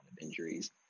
injuries